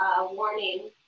warning